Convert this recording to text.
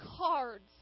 cards